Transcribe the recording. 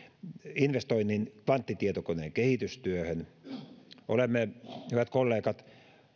investoinnin kvanttitietokoneen kehitystyöhön olemme hyvät kollegat